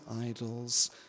idols